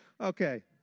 Okay